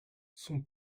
son